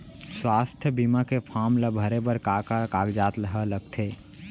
स्वास्थ्य बीमा के फॉर्म ल भरे बर का का कागजात ह लगथे?